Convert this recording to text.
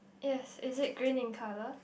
yes is it green in color